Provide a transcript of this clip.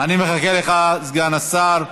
אני מחכה לך, סגן השר.